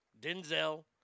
Denzel